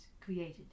created